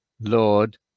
Lord